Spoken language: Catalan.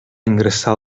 ingressar